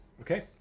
Okay